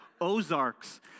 Ozarks